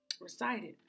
recited